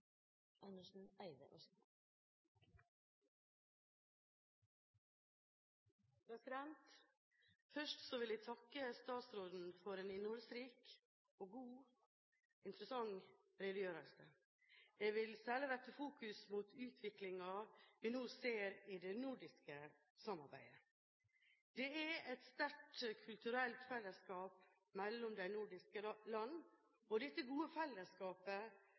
interessant redegjørelse. Jeg vil særlig rette fokus mot utviklingen vi nå ser i det nordiske samarbeidet. Det er et sterkt kulturelt fellesskap mellom de nordiske land. Dette gode fellesskapet